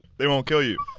they won't kill you.